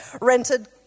rented